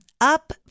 Up